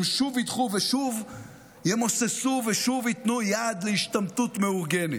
הם שוב ידחו ושוב ימוססו ושוב ייתנו יד להשתמטות מאורגנת.